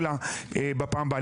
אלא בפעם הבאה.